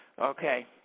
Okay